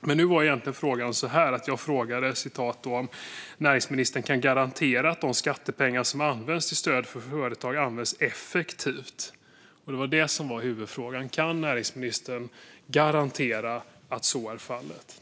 Men det jag frågade var om näringsministern kan garantera att de skattepengar som används till stöd till företag används effektivt. Det var det som var huvudfrågan. Kan näringsministern garantera att så är fallet?